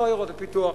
לא עיירות הפיתוח,